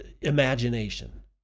imagination